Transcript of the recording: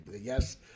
yes